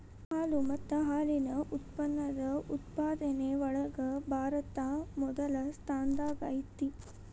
ಹಾಲು ಮತ್ತ ಹಾಲಿನ ಉತ್ಪನ್ನದ ಉತ್ಪಾದನೆ ಒಳಗ ಭಾರತಾ ಮೊದಲ ಸ್ಥಾನದಾಗ ಐತಿ